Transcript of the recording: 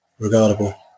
regardable